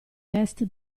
test